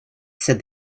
said